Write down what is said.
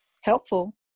helpful